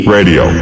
Radio